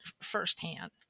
firsthand